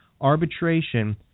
arbitration